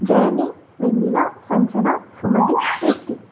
Johnny Vennila Sanjana Sumathi Keerthi